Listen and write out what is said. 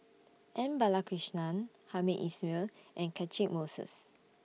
M Balakrishnan Hamed Ismail and Catchick Moses